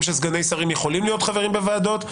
שסגני שרים יכולים להיות חברים בוועדות,